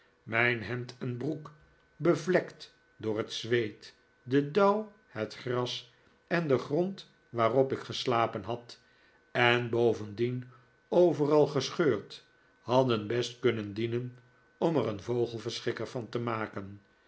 mijn hemd en broek bevlekt door het zweet den dauw het gras en den grond waarop ik geslapen had en bovendien overal gescheurd hadden best kunnen dienen om er een vogelverschrikker van te maken